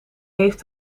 heeft